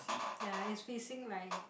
ya it's facing like